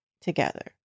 together